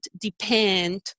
depend